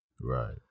Right